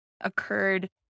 occurred